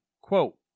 Quote